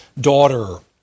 daughter